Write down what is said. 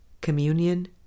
Communion